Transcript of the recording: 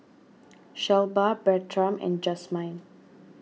Shelba Bertram and Jazmyne